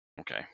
Okay